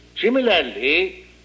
Similarly